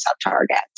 sub-targets